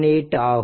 3678 ஆகும்